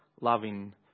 loving